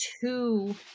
two